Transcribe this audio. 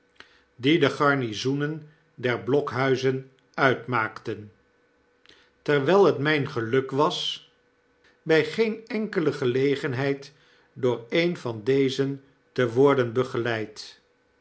die de garnizoenen der blokhuizenuitmaakten terwijl het mijn geluk was by geenenkelegelegenheid door een van dezen te worden begeleid